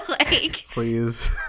Please